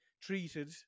treated